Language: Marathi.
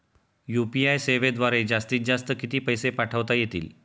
यू.पी.आय सेवेद्वारे जास्तीत जास्त किती पैसे पाठवता येतील?